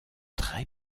très